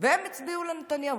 והם הצביעו לנתניהו.